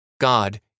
God